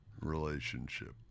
relationship